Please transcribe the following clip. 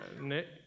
Nick